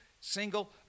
single